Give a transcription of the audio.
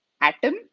atom